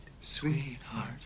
sweetheart